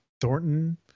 Thornton